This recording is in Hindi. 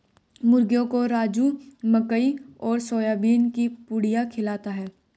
मुर्गियों को राजू मकई और सोयाबीन की पुड़िया खिलाता है